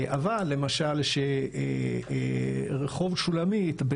אבל למשל שרחוב שולמית,